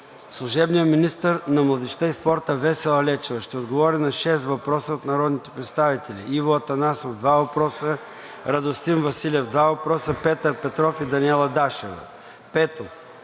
Служебният министър на младежта и спорта Весела Лечева ще отговори на шест въпроса от народните представители Иво Атанасов – два въпроса; Радостин Василев – два въпроса; Петър Петров; и Даниела Дашева. 5.